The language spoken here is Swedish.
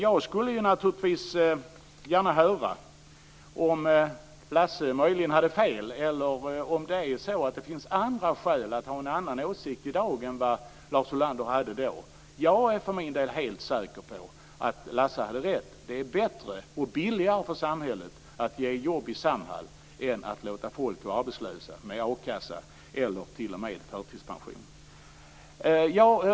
Jag skulle naturligtvis gärna höra om Lasse möjligen hade fel eller om det finns andra skäl till att ha en annan åsikt i dag än Lars Ulander hade då. Jag är för min del helt säker på att Lasse hade rätt. Det är bättre och billigare för samhället att ge jobb i Samhall än att låta folk gå arbetslösa med a-kassa eller t.o.m. förtidspension.